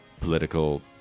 political